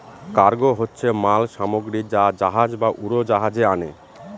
cargo হচ্ছে মাল সামগ্রী যা জাহাজ বা উড়োজাহাজে আনে